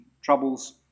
troubles